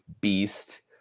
beast